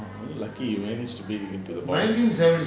lucky you managed to get into the border